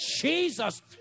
Jesus